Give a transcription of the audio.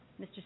Mr